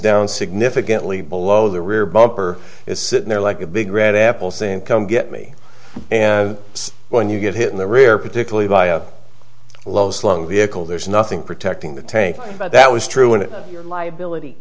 down significantly below the rear bumper it's sitting there like a big red apple saying come get me when you get hit in the rear particularly by a low slung vehicle there's nothing protecting the tank but that was true in your liability